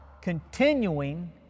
continuing